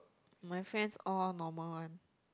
my friends all normal one